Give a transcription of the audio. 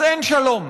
אז אין שלום,